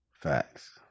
facts